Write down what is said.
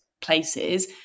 places –